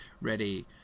ready